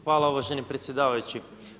Hvala uvaženi predsjedavajući.